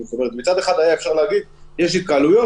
מצד אחד היה אפשר להגיד יש התקהלויות,